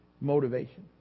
motivation